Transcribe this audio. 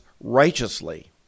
righteously